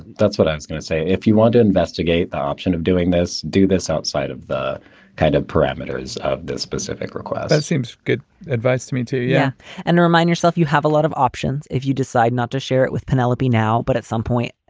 that's what i was going to say. if you want to investigate the option of doing this. do this outside of the kind of parameters of this specific request that seems good advice to me too. yeah and remind yourself, you have a lot of options if you decide not to share it with penelope now. but at some point,